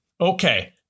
Okay